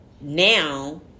now